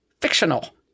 fictional